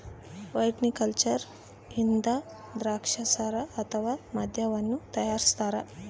viticulture ಇಂದ ದ್ರಾಕ್ಷಾರಸ ಅಥವಾ ಮದ್ಯವನ್ನು ತಯಾರಿಸ್ತಾರ